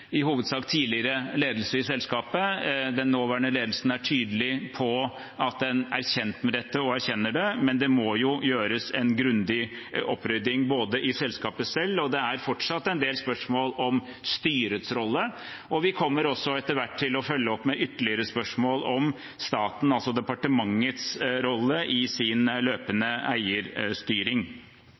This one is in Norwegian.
tidligere ledelse i selskapet. Den nåværende ledelsen er tydelig på at den er kjent med dette og erkjenner det. Men det må jo gjøres en grundig opprydding i selskapet selv. Det er fortsatt en del spørsmål om styrets rolle, og vi kommer etter hvert også til å følge opp med ytterligere spørsmål om statens, altså departementets, rolle i deres løpende eierstyring.